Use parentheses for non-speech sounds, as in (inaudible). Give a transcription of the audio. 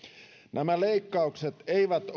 nämä leikkaukset eivät (unintelligible)